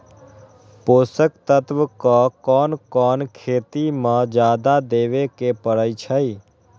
पोषक तत्व क कौन कौन खेती म जादा देवे क परईछी?